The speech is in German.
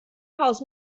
haus